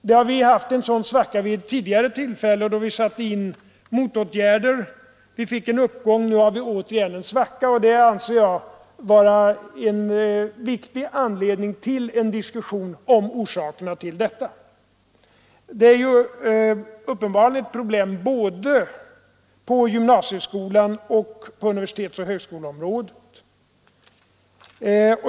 Vi har haft en sådan svacka vid ett tidigare tillfälle, då vi satte in motåtgärder. Vi fick en uppgång, men nu har vi återigen en svacka, och jag anser att det är viktigt att man diskuterar orsakerna härtill. Det är uppenbarligen ett problem både på gymnasieskolan och universitetsoch högskoleområdet.